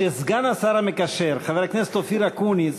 שסגן השר המקשר, חבר הכנסת אופיר אקוניס,